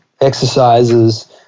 exercises